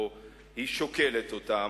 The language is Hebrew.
או שהיא שוקלת אותן,